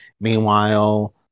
Meanwhile